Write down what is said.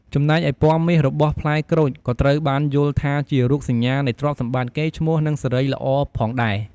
ចំណែកឯពណ៌មាសរបស់ផ្លែក្រូច ក៏ត្រូវបានយល់ថាជារូបសញ្ញា នៃទ្រព្យសម្បត្តិ កេរ្តិ៍ឈ្មោះ និងសិរីល្អផងដែរ។